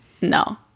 no